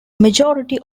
majority